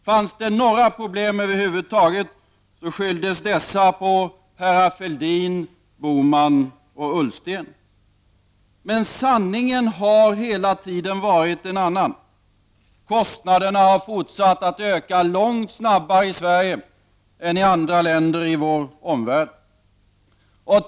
Fanns det några problem över huvud taget, skylldes dessa på herrar Fälldin, Bohman och Ullsten. Men sanningen har hela tiden varit en annan. Kostnaderna har fortsatt att öka, långt snabbare i Sverige än i andra länder i vår omvärld.